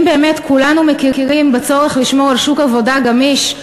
ואם באמת כולנו מכירים בצורך לשמור על שוק עבודה גמיש,